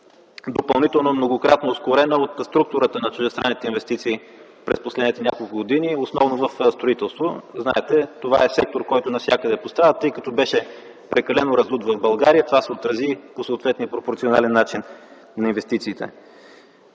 допълнително многократно е ускорена от структурата на чуждестранните инвестиции през последните няколко години основно в строителство. Знаете, това е сектор, който навсякъде пострада, тъй като беше прекалено раздут в България, това се отрази по съответния пропорционален начин на инвестициите.